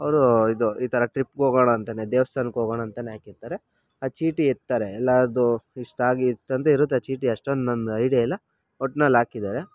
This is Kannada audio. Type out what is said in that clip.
ಅವರು ಇದು ಈ ಥರ ಟ್ರಿಪ್ಗೋಗೋಣ ಅಂತಲೇ ದೇವಸ್ಥಾನಕ್ಕೆ ಹೋಗೋಣ ಅಂತಲೇ ಹಾಕಿರ್ತಾರೆ ಆ ಚೀಟಿ ಎತ್ತಾರೆ ಎಲ್ಲರದ್ದು ಇಷ್ಟಾಗಿ ಇಷ್ಟಂತ ಇರುತ್ತೆ ಚೀಟಿ ಅಷ್ಟೊಂದು ನನ್ಗೆ ಇಡಿಯಾ ಇಲ್ಲ ಒಟ್ನಲ್ಲಿ ಹಾಕಿದ್ದಾರೆ